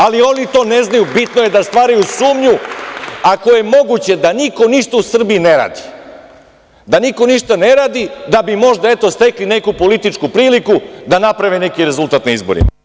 Ali oni to ne znaju, bitno je da stvaraju sumnju, ako je moguće, da niko ništa u Srbiji ne radi, da niko ništa ne radi, da bi možda, eto, stekli neku političku priliku da naprave neki rezultat na izborima.